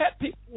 people